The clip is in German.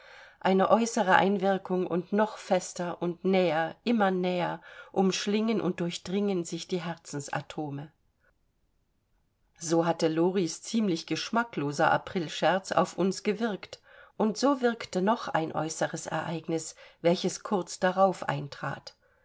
eine äußere einwirkung und noch fester und näher immer näher umschlingen und durchdringen sich die herzensatome so hatte loris ziemlich geschmackloser aprilscherz auf uns gewirkt und so wirkte noch ein äußeres ereignis welches kurz darauf eintrat